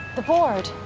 the board.